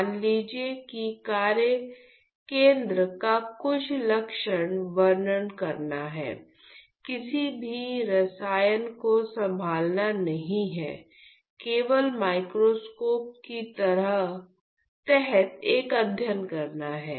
मान लीजिए कि कार्य केंद्र पर कुछ लक्षण वर्णन करना है किसी भी रसायन को संभालना नहीं है केवल माइक्रोस्कोप के तहत एक अध्ययन करना है